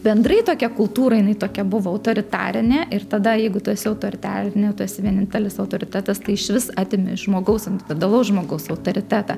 bendrai tokia kultūra jinai tokia buvo autoritarinė ir tada jeigu tu esi autoritarinė tu esi vienintelis autoritetas tai išvis atimi žmogaus individualaus žmogaus autoritetą